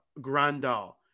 Grandal